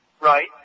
Right